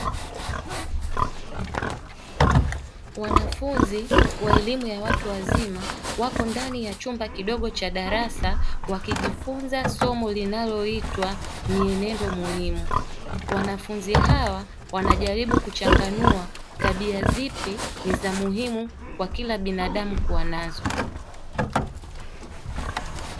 Wanafunzi wa elimu ya watu wazima wako ndani ya chumba kidogo cha darasa wakijifunza somo linaloitwa mienendo muhimu, wanafunzi hawa wanajaribu kuchanganua tabia zipi ni zamuhimu kwa kila binadamu kuwa nazo.